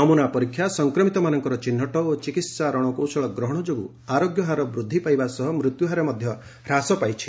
ନମୁନା ପରୀକ୍ଷା ସଂକ୍ରମିତମାନଙ୍କର ଚିହ୍ନଟ ଓ ଚିକିହା ରଶକୌଶଳ ଗ୍ରହଣ ଯୋଗୁଁ ଆରୋଗ୍ୟ ହାର ବୃଦ୍ଧି ପାଇବା ସହ ମୃତ୍ୟୁହାର ହ୍ରାସ ପାଇଛି